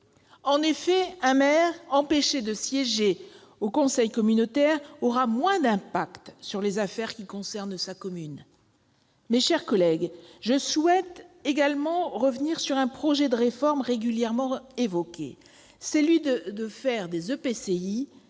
En effet, un maire empêché de siéger au conseil communautaire aura moins de prise sur les affaires qui concernent sa commune. Mes chers collègues, je souhaite également revenir sur un projet de réforme régulièrement évoqué : celui de faire des EPCI,